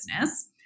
business